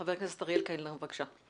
ח"כ אריאל קלנר בבקשה.